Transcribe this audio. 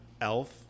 Elf